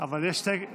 אבל יש תיקו.